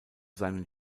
seinen